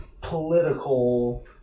political